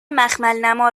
مخملنما